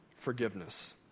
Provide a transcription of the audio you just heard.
forgiveness